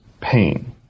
pain